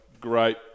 great